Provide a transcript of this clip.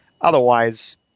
Otherwise